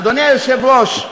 אדוני היושב-ראש,